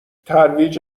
ترویج